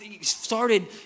started